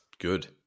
good